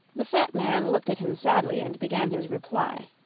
the fat man looked at him sadly and began his reply.